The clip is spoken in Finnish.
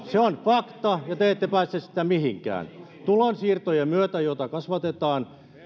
se on fakta ja te ette pääse siitä mihinkään tulonsiirtojen myötä joita kasvatetaan